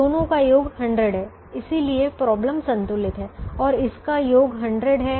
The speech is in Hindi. दोनों का योग 100 है इसलिए समस्या संतुलित है और इसका योग 100 है